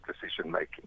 decision-making